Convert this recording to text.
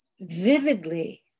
vividly